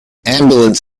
ambulance